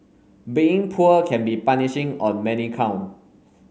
being poor can be punishing on many count